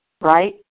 right